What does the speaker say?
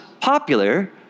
popular